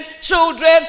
children